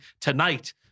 tonight